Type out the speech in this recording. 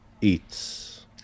Eats